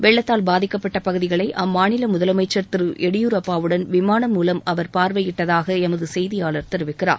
வெள்ளத்தால் பாதிக்கப்பட்ட பகுதிகளை அம்மாநில முதலமைச்சர் திரு எடியூரப்பாவுடன் விமானம் மூலம் அவர் பார்வையிட்டதாக எமது செய்தியாளர் தெரிவிக்கிறார்